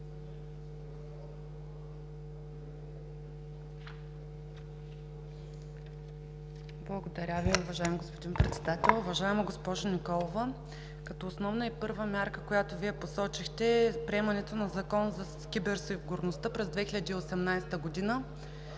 Благодаря Ви, уважаеми господин Председател. Уважаема госпожо Николова, като основна и първа мярка, която Вие посочихте, е приемането на Закон за киберсигурността през 2018 г.